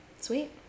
sweet